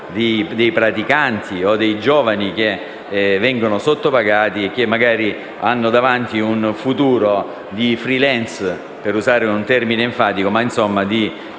dei praticanti o dei giovani che vengono sottopagati e che magari hanno davanti un futuro di *freelance*, per usare un termine enfatico, ma insomma di